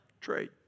Trade